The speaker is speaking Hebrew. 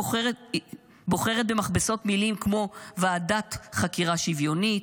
בוחרת במכבסות מילים כמו: ועדת חקירה שוויונית,